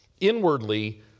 inwardly